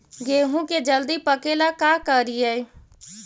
गेहूं के जल्दी पके ल का करियै?